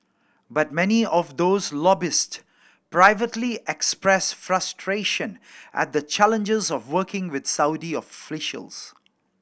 but many of those lobbyist privately express frustration at the challenges of working with Saudi officials